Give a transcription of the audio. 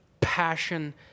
passion